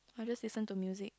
I just listen to music